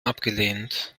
abgelehnt